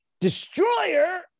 Destroyer